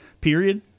period